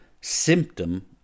symptom